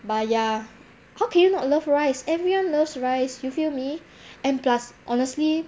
but ya how can you not love rice everyone loves rice you feel me and plus honestly